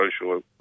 social